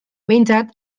behintzat